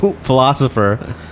philosopher